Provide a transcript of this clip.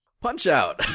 Punch-Out